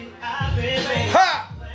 ha